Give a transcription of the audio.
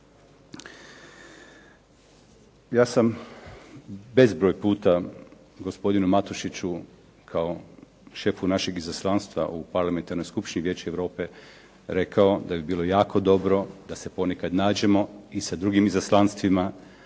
Ja sam bezbroj puta gospodinu Matušiću kao šefu našeg izaslanstva u parlamentarnoj skupštini Vijeća Europe rekao da bi bilo jako dobro da se ponekad nađemo i sa drugim izaslanstvima,